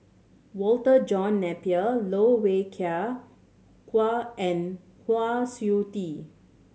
Walter John Napier Loh Wai Kiew Kwa and Kwa Siew Tee